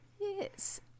Yes